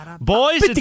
Boys